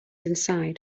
inside